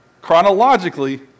chronologically